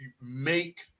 make